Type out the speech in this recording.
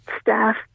staff